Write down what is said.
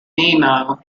nemo